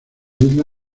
isla